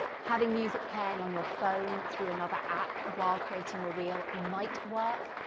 having music playing on your phone through another app while creating your reel might work.